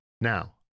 Now